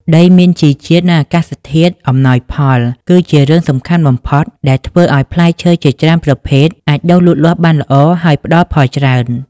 ដីមានជីជាតិ និងអាកាសធាតុអំណោយផលគឺជារឿងសំខាន់បំផុតដែលធ្វើឱ្យផ្លែឈើជាច្រើនប្រភេទអាចដាំដុះបានល្អ ហើយផ្តល់ផលច្រើន។